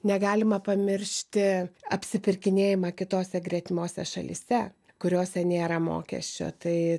negalima pamiršti apsipirkinėjama kitose gretimose šalyse kuriose nėra mokesčio tai